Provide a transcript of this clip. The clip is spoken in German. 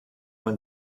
man